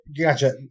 Gotcha